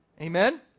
Amen